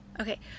Okay